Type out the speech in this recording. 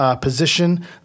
position